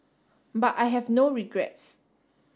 but I have no regrets